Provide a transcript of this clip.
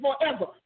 forever